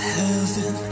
heaven